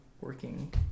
working